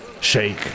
shake